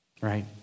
right